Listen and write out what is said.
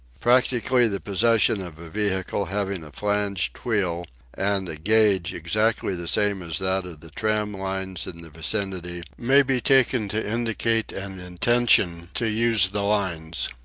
practically the possession of a vehicle having a flanged wheel and a gauge exactly the same as that of the tram lines in the vicinity may be taken to indicate an intention to use the lines.